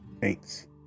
thanks